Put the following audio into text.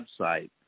website